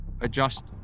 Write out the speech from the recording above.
adjust